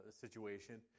situation